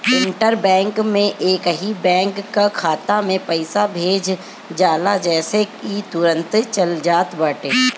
inter bank में एकही bank कअ खाता में पईसा भेज जाला जेसे इ तुरंते चल जात बाटे